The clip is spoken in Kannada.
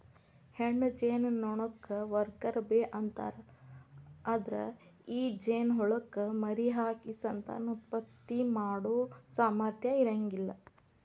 ಹೆಣ್ಣ ಜೇನನೊಣಕ್ಕ ವರ್ಕರ್ ಬೇ ಅಂತಾರ, ಅದ್ರ ಈ ಜೇನಹುಳಕ್ಕ ಮರಿಹಾಕಿ ಸಂತಾನೋತ್ಪತ್ತಿ ಮಾಡೋ ಸಾಮರ್ಥ್ಯ ಇರಂಗಿಲ್ಲ